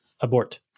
abort